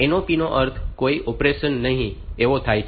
NOP નો અર્થ કોઈ ઓપરેશન નહીં એવો થાય છે